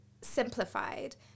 simplified